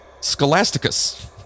Scholasticus